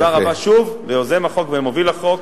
תודה רבה שוב ליוזם החוק ומוביל החוק,